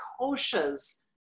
koshas